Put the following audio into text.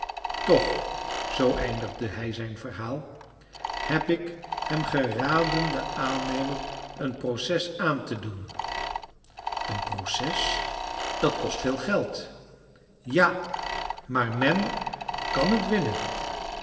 toch zoo eindigde hij zijn verhaal heb ik hem geraden den aannemer een proces aan te doen een proces dat kost veel geld ja maar men kan het winnen